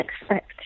expect